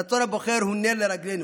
רצון הבוחר הוא נר לרגלינו.